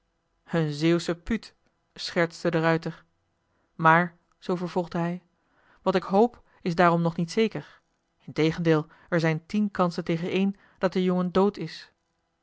een zeeuwsche puut schertste de ruijter maar zoo vervolgde hij wat ik hoop is daarom nog niet zeker integendeel er zijn tien kansen tegen één dat de jongen dood is